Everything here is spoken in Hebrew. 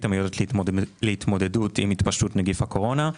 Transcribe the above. המיועדת להתמודדות עם התפשטות נגיף הקורונה.